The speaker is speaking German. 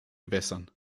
gewässern